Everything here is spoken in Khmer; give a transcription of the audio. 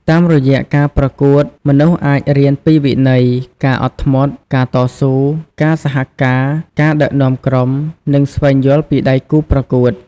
តាមរយៈការប្រកួតមនុស្សអាចរៀនពីវិន័យ ការអត់ធ្មត់ ការតស៊ូ ការសហការណ៍ ការដឹកនាំក្រុម និងស្វែងយល់ពីដៃគូរប្រកួត។